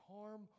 harm